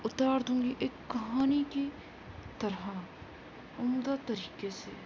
اتار دوں گی ایک کہانی کی طرح عمدہ طریقے سے